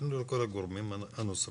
או לכל הגורמים הנוספים.